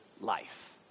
life